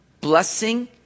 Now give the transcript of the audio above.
blessing